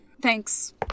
Thanks